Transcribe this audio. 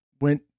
went